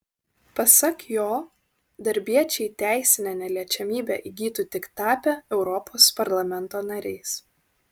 pasak jo darbiečiai teisinę neliečiamybę įgytų tik tapę europos parlamento nariais